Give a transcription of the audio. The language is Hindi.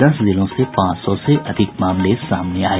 दस जिलों से पांच सौ से अधिक मामले सामने आये